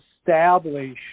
establish